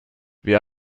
wir